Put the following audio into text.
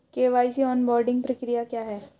KYC onboarding प्रक्रिया क्या है?